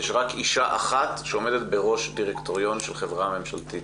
יש רק אישה אחת שעומדת בראש דירקטוריון של חברה ממשלתית.